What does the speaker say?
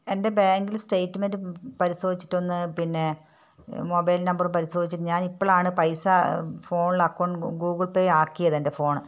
എൻ്റെ ബാങ്കില് സ്റ്റേറ്റ്മെൻറ്റ് പരിശോധിച്ചിട്ടൊന്ന് പിന്നേ മൊബൈൽ നമ്പർ പരിശോധിച്ചിട്ട് ഞാനിപ്പളാണ് പൈസ ഫോണിൽ അക്കൗണ്ട് ഗൂഗിൾ പേ ആക്കിയത് എൻ്റെ ഫോൺ